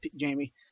Jamie